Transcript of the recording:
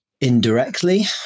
indirectly